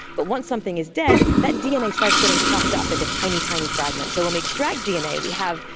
but once something is dead, that dna starts getting chopped up into tiny, tiny fragments. so when we extract dna we have,